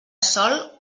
sol